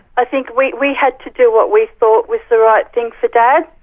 i think, we we had to do what we thought was the right thing for dad,